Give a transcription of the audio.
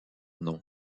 noms